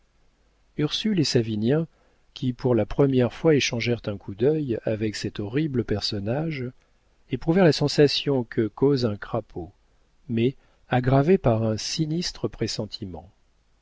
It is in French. et savinien qui pour la première fois échangèrent un coup d'œil avec cet horrible personnage éprouvèrent la sensation que cause un crapaud mais aggravée par un sinistre pressentiment